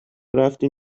رفتیم